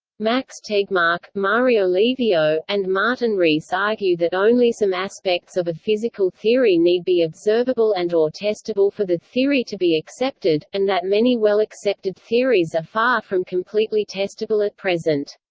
max tegmark, mario livio, and martin rees argue that only some aspects of a physical theory need be observable and or testable for the theory to be accepted, and that many well-accepted theories are far from completely testable at present.